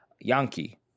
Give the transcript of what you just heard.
Yankee